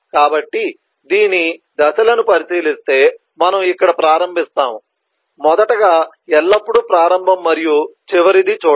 కాబట్టి దీని దశలను పరిశీలిస్తే మనం ఇక్కడ ప్రారంభిస్తాము మొదటగా ఎల్లప్పుడూ ప్రారంభం మరియు చివరిది చూడటం